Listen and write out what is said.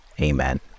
Amen